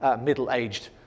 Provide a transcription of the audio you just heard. middle-aged